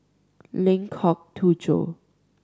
Lengkok Tujoh